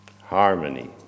harmony